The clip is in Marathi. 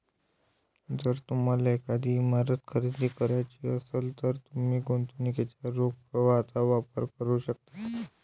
जर तुम्हाला एखादी इमारत खरेदी करायची असेल, तर तुम्ही गुंतवणुकीच्या रोख प्रवाहाचा वापर करू शकता